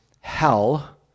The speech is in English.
hell